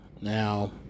Now